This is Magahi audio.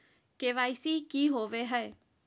के.वाई.सी की हॉबे हय?